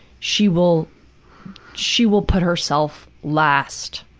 she will she will put herself last,